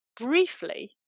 briefly